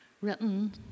written